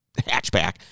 hatchback